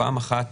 פעם אחת,